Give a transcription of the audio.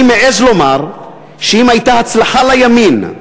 אני מעז לומר שאם הייתה הצלחה לימין,